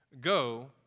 Go